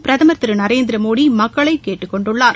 பிரதமர் திரு நரேந்திர மோடி மக்களை கேட்டுக்கொண்டுள்ளார்